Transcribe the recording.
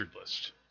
list